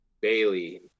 bailey